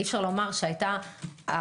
אי אפשר לומר שהיתה הצלחה.